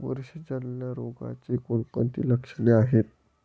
बुरशीजन्य रोगाची कोणकोणती लक्षणे आहेत?